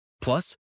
Plus